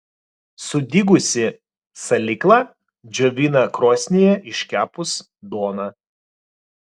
sudygusį salyklą džiovina krosnyje iškepus duoną